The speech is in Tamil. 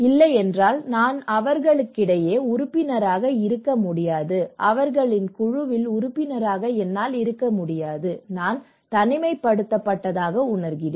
இல்லையெனில் நான் அவர்களிடையே உறுப்பினராக இருக்க முடியாது அவர்களின் குழுவில் உறுப்பினராக இருக்க முடியாது நான் தனிமைப்படுத்தப்பட்டதாக உணர்கிறேன்